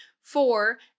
Four